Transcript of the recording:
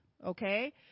Okay